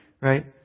Right